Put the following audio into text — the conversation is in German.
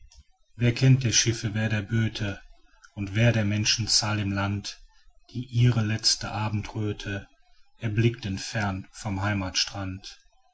wer kennt der schiffe wer der böte und wer der menschen zahl im land die ihre letzte abendröthe erblickten fern vom heimatstrand